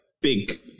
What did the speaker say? big